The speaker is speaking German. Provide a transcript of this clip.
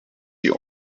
die